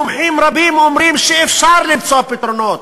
מומחים רבים אומרים שאפשר למצוא פתרונות.